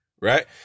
Right